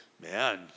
Man